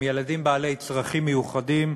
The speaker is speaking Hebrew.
הם ילדים עם צרכים מיוחדים,